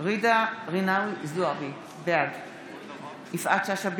ג'ידא רינאוי זועבי, בעד יפעת שאשא ביטון,